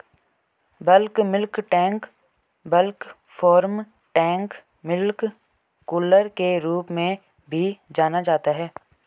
bulk milk tank bulk farm tank milk cooler के रूप में भी जाना जाता है,